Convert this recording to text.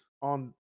on